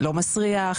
לא מסריח,